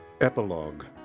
Epilogue